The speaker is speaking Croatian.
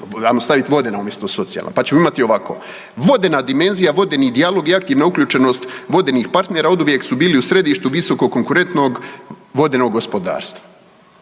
stavit „vodena“ umjesto socijalna, pa ćemo imat ovako, vodena dimenzija, vodeni dijalog i aktivna uključenost vodenih partnera oduvijek su bili u središtu visokog konkurentnog vodenog gospodarstva